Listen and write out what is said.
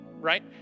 right